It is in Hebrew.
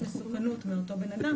כן, אבל במקרה הזה יותר חשובה המסוכנות.